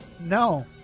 No